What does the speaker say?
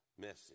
message